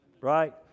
Right